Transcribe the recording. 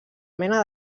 mena